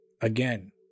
again